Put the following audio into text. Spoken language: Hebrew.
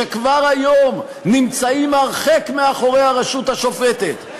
שכבר היום נמצאים הרחק מאחורי הרשות השופטת,